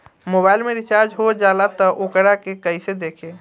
Mobile में recharge हो जाला त वोकरा के कइसे देखी?